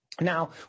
Now